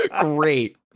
Great